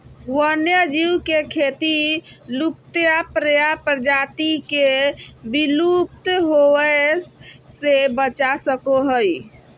वन्य जीव के खेती लुप्तप्राय प्रजाति के विलुप्त होवय से बचा सको हइ